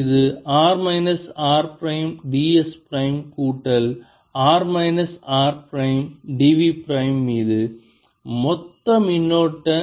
இது r minus r prime d s prime கூட்டல் r minus r prime d v prime மீது மொத்த மின்னோட்ட